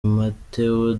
matteo